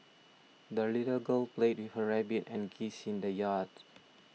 the little girl played with her rabbit and geese in the yard